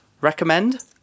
recommend